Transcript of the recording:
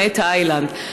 למעט תאילנד.